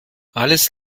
alles